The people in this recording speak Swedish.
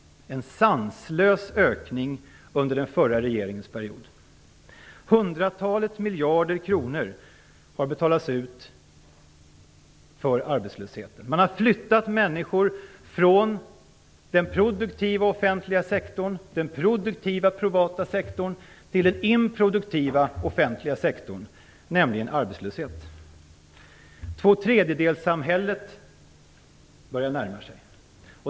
Det var en sanslös ökning under den förra regeringens period. Hundratalet miljarder kronor har betalats ut för arbetslösheten. Man har flyttat människor från den produktiva offentliga sektorn och den produktiva privata sektorn till den improduktiva offentliga sektorn, nämligen arbetslösheten. Tvåtredjedelssamhället börjar närma sig.